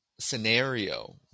scenario